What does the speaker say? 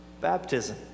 baptism